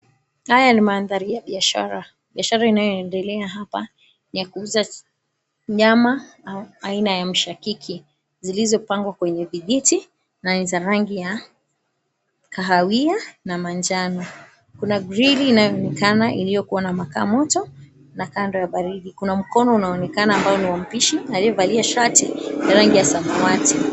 Haya ni mandhari ya biashara, biashara inayoendelea hapa niyakuuza nyama au aina ya mshakiki zilizopangwa kwenye vijiti na niza rangi ya kahawia na manjano, kuna grill inayoonekana iliyokua na makaa moto na kando ya baridi, kuna mkono unaonekana ambao niwa mpishi aliyevalia shati rangi ya samawati.